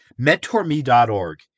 mentorme.org